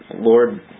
Lord